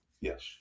yes